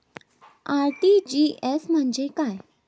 RTGS म्हणजे काय?